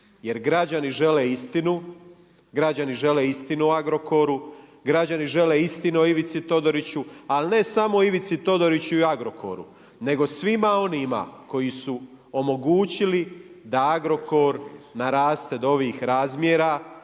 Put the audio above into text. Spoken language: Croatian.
jer građani žele istinu, građani žele istinu o Agrokoru. Građani žele istinu o Ivici Todoriću, ali ne samo o Ivici Todoriću i Agrokoru, nego svima onima koji su omogućili da Agrokor naraste do ovih razmjera